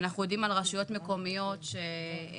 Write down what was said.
אנחנו יודעים על רשויות מקומיות שנאלצות